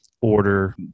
order